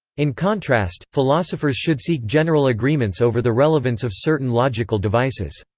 in contrast, philosophers should seek general agreements over the relevance of certain logical devices.